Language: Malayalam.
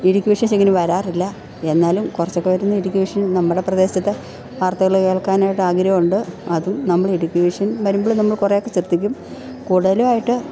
ഇടുക്കി വിഷൻ ശരിക്കനും വരാറില്ല എന്നാലും കുറച്ചൊക്കെ വരുന്ന ഇടുക്കി വിഷൻ നമ്മുടെ പ്രദേശത്തെ വാർത്തകൾ കേൾക്കാനായിട്ട് ആഗ്രഹമുണ്ട് അതും നമ്മൾ ഇടുക്കി വിഷൻ വരുമ്പോൾ നമ്മൾ കുറെ ഒക്കെ ശ്രദ്ധിക്കും കൂടുതൽ ആയിട്ടും